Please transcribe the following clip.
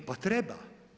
Pa treba.